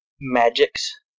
magics